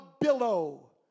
billow